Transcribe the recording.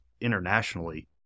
internationally